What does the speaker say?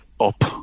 up